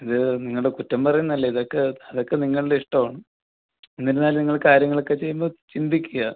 ഇത് നിങ്ങളുടെ കുറ്റം പറയുന്നതല്ല ഇതൊക്കെ അതൊക്കെ നിങ്ങളുടെ ഇഷ്ടവാണ് എന്നിരുന്നാലും നിങ്ങൾ കാര്യങ്ങളൊക്കെ ചെയ്യുമ്പോൾ ചിന്തിക്കുക